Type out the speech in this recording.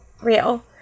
real